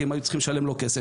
כי הם היו צריכים לשלם לו כסף.